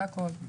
זה הכול.